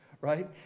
Right